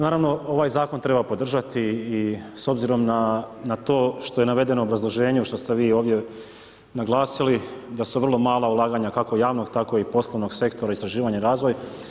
Naravno ovaj zakon treba podržati i s obzirom na to što je navedeno u obrazloženju, što ste vi ovdje naglasili, da su vrlo malo ulaganja kako javnog tako i poslovnog sektora istraživanja i razvoja.